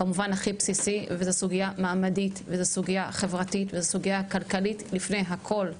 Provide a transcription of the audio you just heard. זו סוגיה מעמדית, חברתית וכלכלית לפני הכול.